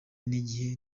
n’igihe